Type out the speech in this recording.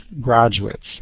graduates